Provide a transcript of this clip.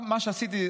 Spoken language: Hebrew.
מה שעשיתי,